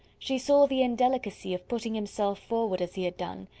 she saw the indelicacy of putting himself forward as he had done,